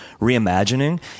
Reimagining